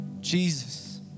Jesus